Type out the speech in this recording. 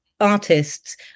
Artists